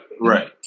right